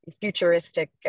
futuristic